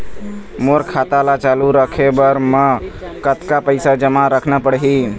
मोर खाता ला चालू रखे बर म कतका पैसा जमा रखना पड़ही?